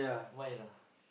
mine ah